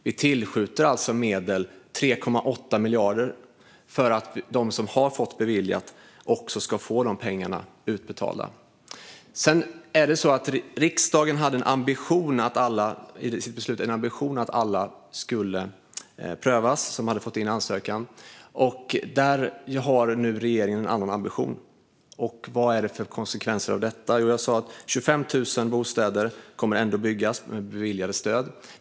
Vi tillskjuter alltså medel - 3,8 miljarder kronor - för att de som har fått detta beviljat också ska få pengar utbetalade. Riksdagen hade en ambition att alla som hade skickat in en ansökan skulle prövas. Där har regeringen nu en annan ambition. Vad blir konsekvenserna av detta? Jo, 25 000 bostäder kommer ändå att byggas med beviljade stöd.